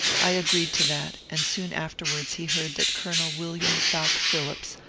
i agreed to that, and soon afterwards he heard that colonel william fowke phillips,